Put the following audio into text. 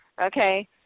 okay